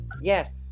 Yes